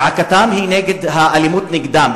זעקתם היא נגד האלימות נגדם.